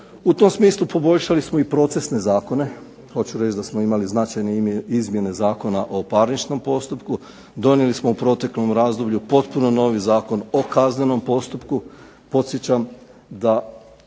U tom smislu poboljšali smo i procesne zakone, hoću reći da smo imali značajne izmjene Zakona o parničnom postupku, donijeli smo u proteklom razdoblju potpuno novi Zakon o kaznenom postupku. Podsjećam da